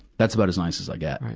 that's about as nice as i get.